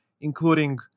including